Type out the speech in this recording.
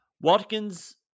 Watkins